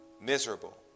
miserable